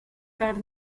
caer